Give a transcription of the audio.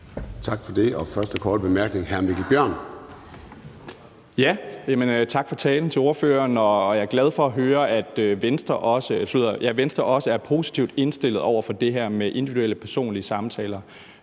er fra hr. Mikkel Bjørn. Kl. 10:20 Mikkel Bjørn (DF): Tak for talen til ordføreren. Jeg er glad for at høre, at Venstre også er positivt indstillet over for det her med individuelle personlige samtaler.